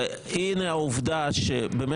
ואתה אומר שזה התקדים המסוכן שאנחנו עושים פה עכשיו?